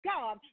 God